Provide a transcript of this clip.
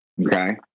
Okay